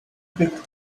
picked